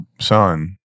son